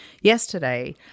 yesterday